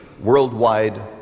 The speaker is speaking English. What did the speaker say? worldwide